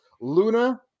Luna